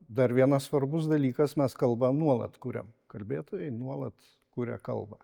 dar vienas svarbus dalykas mes kalbą nuolat kuriam kalbėtojai nuolat kuria kalbą